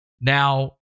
Now